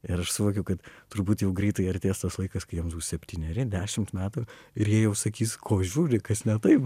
ir aš suvokiu kad turbūt jau greitai artės tas laikas kai jiems bus septyneri dešimt metų ir jie jau sakys ko žiūri kas ne taip